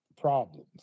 problems